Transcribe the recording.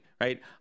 right